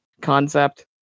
concept